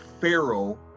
pharaoh